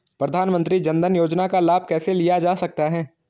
प्रधानमंत्री जनधन योजना का लाभ कैसे लिया जा सकता है?